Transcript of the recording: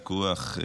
הוויכוח,